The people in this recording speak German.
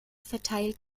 verteilt